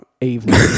evening